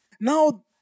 Now